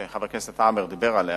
שחבר הכנסת עמאר דיבר עליה.